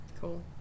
Cool